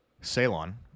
Ceylon